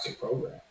program